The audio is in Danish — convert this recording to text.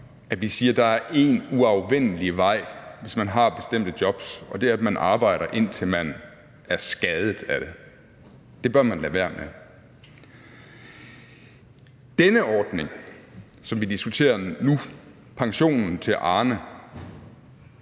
at vi siger, at der er én uafvendelig vej, hvis man har bestemte jobs, og det er, at man arbejder, indtil man er skadet af det. Det bør man lade være med. Denne ordning, som vi diskuterer nu, pensionen til Arne,